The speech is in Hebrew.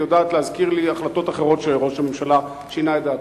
והיא יודעת להזכיר לי החלטות אחרות שראש הממשלה שינה בהן את דעתו.